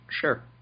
Sure